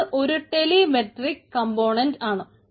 അത് ഒരു telemetric component ആണ്